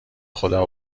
خدا